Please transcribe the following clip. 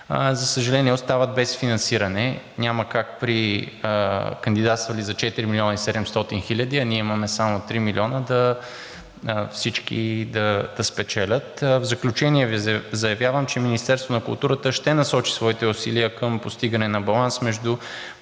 за съжаление, остават без финансиране – няма как при кандидатствали за 4 млн. и 700 хиляди, а ние имаме само 3 милиона, всички да спечелят. В заключение Ви заявявам, че Министерството на културата ще насочи своите усилия към постигане на баланс между